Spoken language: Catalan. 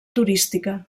turística